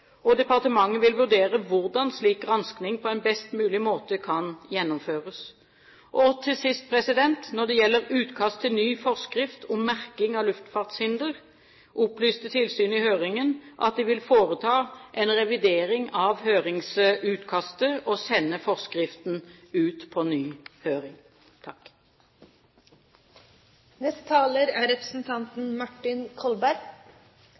og departementet vil vurdere hvordan en slik gransking på en best mulig måte kan gjennomføres. Til sist: Når det gjelder utkast til ny forskrift om merking av luftfartshinder, opplyste tilsynet i høringen at de vil foreta en revidering av høringsutkastet og sende forskriften ut på ny høring. Det er